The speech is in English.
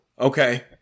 Okay